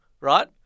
right